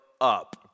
up